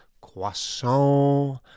Croissant